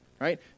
right